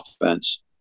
offense